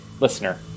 listener